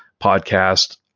podcast